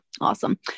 awesome